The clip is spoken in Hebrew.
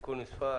(תיקון מס'